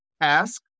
Ask